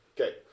Okay